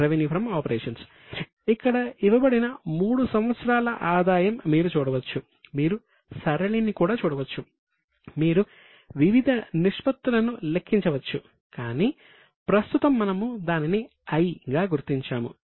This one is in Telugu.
రెవెన్యూ ఫ్రం ఆపరేషన్స్ లెక్కించవచ్చు కానీ ప్రస్తుతం మనము దానిని 'I' గా గుర్తించాము